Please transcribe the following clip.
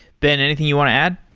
ben, anything you want to add?